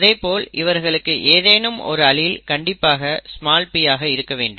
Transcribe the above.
அதேபோல் இவர்களுக்கு ஏதேனும் ஒரு அலீல் கண்டிப்பாக p ஆக இருக்க வேண்டும்